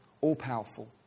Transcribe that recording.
all-powerful